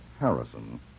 Harrison